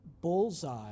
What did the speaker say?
bullseye